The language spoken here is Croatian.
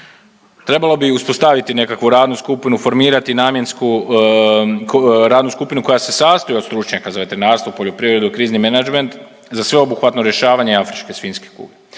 Trebalo bi uspostaviti nekakvu radnu skupinu, formirati namjensku radnu skupinu koja se sastoji od stručnjaka za veterinarstvo, poljoprivredu, krizni menadžment, za sveobuhvatno rješavanje afričke svinjske kuge,